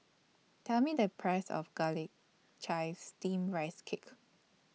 Tell Me The Price of Garlic Chives Steamed Rice Cake